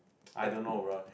I don't know bruh